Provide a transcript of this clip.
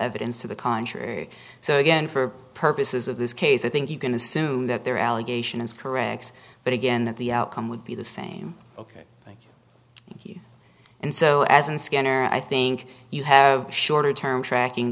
evidence to the contrary so again for purposes of this case i think you can assume that they're allegation is correct but again the outcome would be the same ok thank you and so as a scanner i think you have shorter term tracking